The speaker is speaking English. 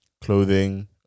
clothing